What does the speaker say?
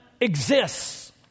exists